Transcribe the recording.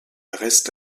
reste